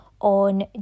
on